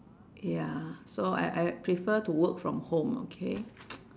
ya so I I prefer to work from home okay